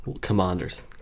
commanders